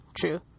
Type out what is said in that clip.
true